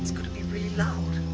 gonna be really loud.